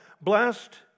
Blessed